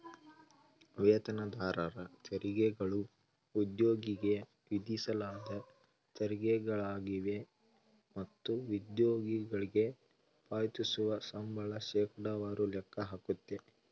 ವೇತನದಾರರ ತೆರಿಗೆಗಳು ಉದ್ಯೋಗಿಗೆ ವಿಧಿಸಲಾದ ತೆರಿಗೆಗಳಾಗಿವೆ ಮತ್ತು ಉದ್ಯೋಗಿಗಳ್ಗೆ ಪಾವತಿಸುವ ಸಂಬಳ ಶೇಕಡವಾರು ಲೆಕ್ಕ ಹಾಕುತ್ತೆ